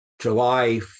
July